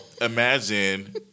imagine